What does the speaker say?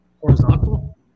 horizontal